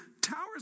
towers